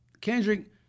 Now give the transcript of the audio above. Kendrick